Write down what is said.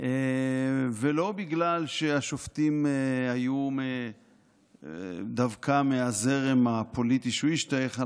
ולא בגלל שהשופטים היו דווקא מהזרם הפוליטי שהוא השתייך אליו,